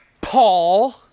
Paul